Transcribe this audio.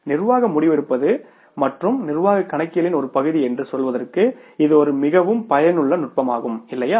நிர்வாக முடிவெடுப்பது மற்றும் நிர்வாக கணக்கியலின் ஒரு பகுதி என்று சொல்வதற்கு இது ஒரு மிகவும் மிகவும் பயனுள்ள நுட்பமாகும் இல்லையா